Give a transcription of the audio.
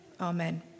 Amen